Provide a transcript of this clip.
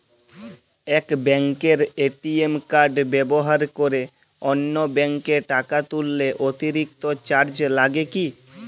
এক ব্যাঙ্কের ATM card ব্যবহার করে অন্য ব্যঙ্কে টাকা তুললে অতিরিক্ত চার্জ লাগে কি?